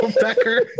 Becker